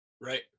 Right